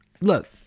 Look